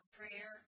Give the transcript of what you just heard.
prayer